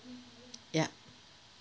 yup